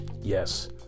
Yes